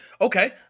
Okay